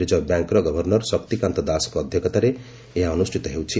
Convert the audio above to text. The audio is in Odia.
ରିଜର୍ଭ ବ୍ୟାଙ୍କ୍ର ଗଭର୍ଷର୍ ଶକ୍ତିକାନ୍ତ ଦାସଙ୍କ ଅଧ୍ୟକ୍ଷତାରେ ଏହା ଅନୁଷ୍ଠିତ ହେଉଛି